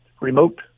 remote